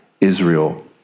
Israel